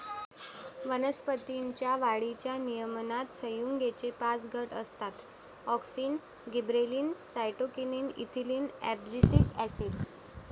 वनस्पतीं च्या वाढीच्या नियमनात संयुगेचे पाच गट असतातः auxin, gibberellin, cytokinin, ethylene, abscisic acid